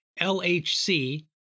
LHC